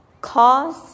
cause